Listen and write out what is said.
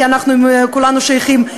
כי כולנו שייכים,